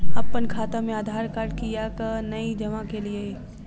अप्पन खाता मे आधारकार्ड कियाक नै जमा केलियै?